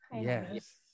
Yes